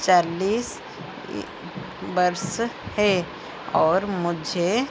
चालीस वर्ष है और मुझे